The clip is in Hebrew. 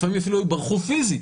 לפעמים אפילו ברחו פיזית,